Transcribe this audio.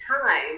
time